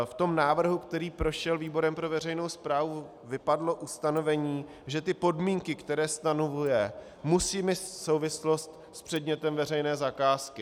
V návrhu, který prošel výborem pro veřejnou správu, vypadlo ustanovení, že podmínky, které stanovuje, musí mít souvislost s předmětem veřejné zakázky.